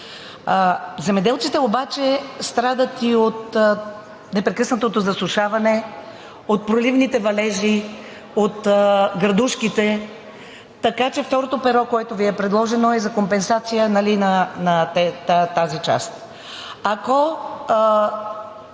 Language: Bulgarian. Земеделците обаче страдат и от непрекъснатото засушаване, от проливните валежи, от градушките, така че второто перо, което Ви е предложено, е за компенсация на тази част.